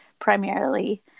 primarily